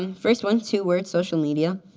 um first one, two words, social media.